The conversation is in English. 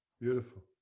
beautiful